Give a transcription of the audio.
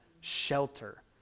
shelter